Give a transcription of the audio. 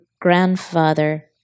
grandfather